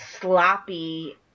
sloppy